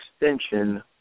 extension